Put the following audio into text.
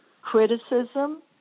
criticism